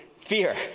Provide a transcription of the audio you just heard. fear